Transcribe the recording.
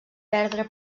perdre